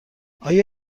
آیا